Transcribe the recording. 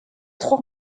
trois